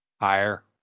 Higher